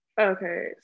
Okay